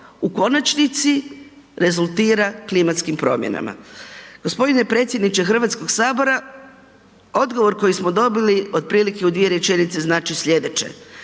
u konačnici rezultira klimatskim promjenama. g. Predsjedniče HS, odgovor koji smo dobili otprilike u dvije rečenice znači slijedeće,